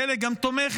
חלק גם תומכת.